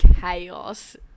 chaos